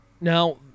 Now